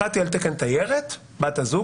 אחת היא על תקן תיירת, בת הזוג,